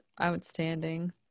outstanding